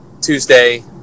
Tuesday